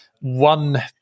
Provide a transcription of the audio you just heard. one